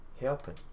helping